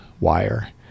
wire